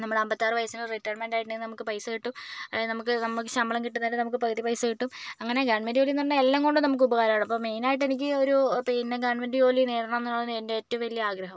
നമ്മുടെ അൻപത്താറ് വയസ്സിൽ റിട്ടയർമെന്റ് ആയിട്ടുണ്ടെങ്കിൽ നമുക്ക് പൈസ കിട്ടും നമുക്ക് നമുക്ക് ശമ്പളം കിട്ടുന്നതിൻ്റെ നമുക്ക് പകുതി പൈസ കിട്ടും അങ്ങനെ ഗവൺമെൻറ് ജോലിയെന്ന് പറഞ്ഞാൽ എല്ലാം കൊണ്ടും നമുക്ക് ഉപകാരമാണ് അപ്പോൾ മെയ്നായിട്ട് എനിക്ക് ഒരു പിന്നെ ഗവൺമെൻറ് ജോലി നേടണമെന്നുള്ളതാണ് എൻ്റെ ഏറ്റവും വലിയ ആഗ്രഹം